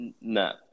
No